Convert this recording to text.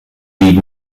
ligue